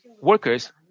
workers